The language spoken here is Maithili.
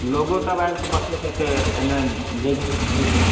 लोगोसभ आबिकऽ बसैत हेतै एने जै गाममे